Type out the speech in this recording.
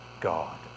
God